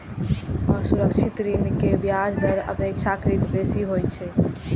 असुरक्षित ऋण के ब्याज दर अपेक्षाकृत बेसी होइ छै